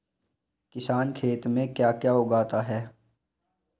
किसान खेत में क्या क्या उगाता है?